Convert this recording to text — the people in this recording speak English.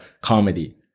comedy